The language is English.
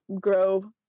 grow